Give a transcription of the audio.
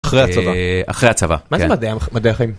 אחרי הצבא אחרי הצבא.